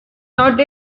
not